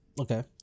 Okay